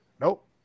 Nope